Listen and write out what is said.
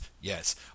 Yes